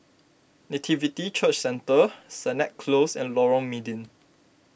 Nativity Church Centre Sennett Close and Lorong Mydin